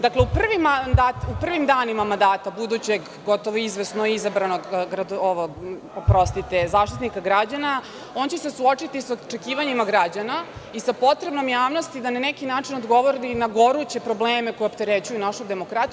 Dakle, u prvim danima mandata budućeg, gotovo izvesno izabranog Zaštitnika građana, on će se suočiti sa očekivanjima građana i sa potrebom javnosti da na neki način odgovori na goruće probleme koji opterećuju našu demokratiju.